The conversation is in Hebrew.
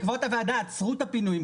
אגב, בעקבות הוועדה עצרו את הפינויים.